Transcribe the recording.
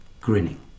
grinning